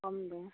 কম দে